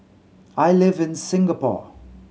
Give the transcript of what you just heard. I live in Singapore